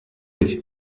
dich